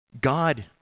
God